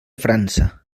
frança